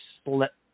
split